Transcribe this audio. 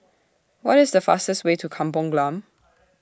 What IS The fastest Way to Kampung Glam